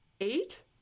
eight